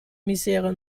misere